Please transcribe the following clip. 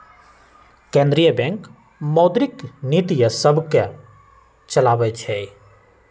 केंद्रीय बैंक मौद्रिक नीतिय सभके चलाबइ छइ